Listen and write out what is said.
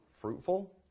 fruitful